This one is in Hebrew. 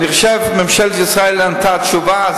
אני חושב ממשלת ישראל נתנה תשובה.